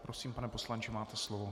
Prosím, pane poslanče, máte slovo.